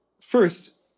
First